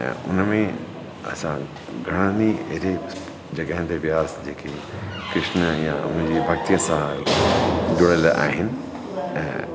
ऐं उनमें असां घणेनि अहिड़े जॻहनि ते वियासीं जेके कृष्ण हीअं उनजी भॻितीअ सां जुड़ियल आहिनि ऐं